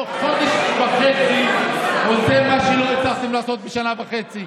תוך חודש וחצי הוא עושה את מה שלא הצלחתם לעשות בשנה וחצי.